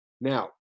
Now